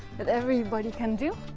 that everybody can do.